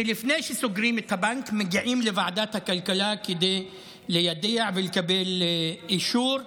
שלפני שסוגרים את הבנק מגיעים לוועדת הכלכלה כדי ליידע ולקבל אישור.